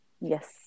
Yes